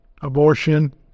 abortion